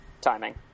timing